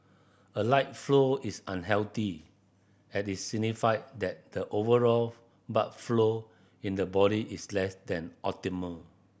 a light flow is unhealthy as it signified that the overall blood flow in the body is less than optimal